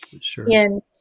Sure